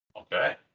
Okay